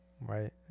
right